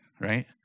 right